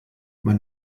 mein